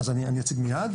אני אציג מיד.